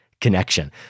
connection